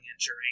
injury